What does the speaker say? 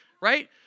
right